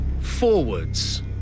Forwards